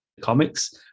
comics